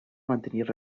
mantenir